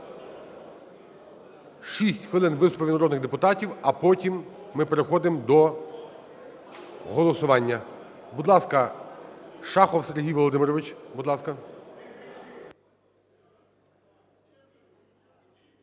6 хвилин – виступи від народних депутатів, а потім ми переходимо до голосування. Будь ласка, Шахов Сергій Володимирович.